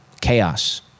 chaos